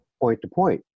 point-to-point